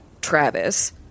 Travis